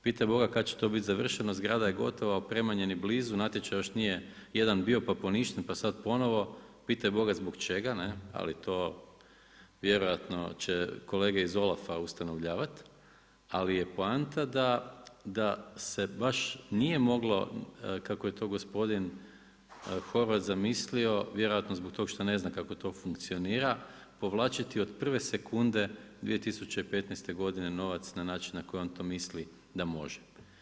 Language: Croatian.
Pitaj boga kad će to biti završeno, zgrada je gotova, opremanje ni blizu, natječaj još nije, jedan bio pa poništen pa sad ponovo, pitaj boga zbog čega, ne, ali to vjerojatno će kolege iz OLAF-a ustanovljavati, ali je poanta ta da se baš nije moglo kako je to gospodin Horvat zamislio, vjerojatno zbog tog što ne zna kako to funkcionira, povlačiti od prve sekunde 2015. godine novac na način na koji on to misli da može.